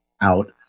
out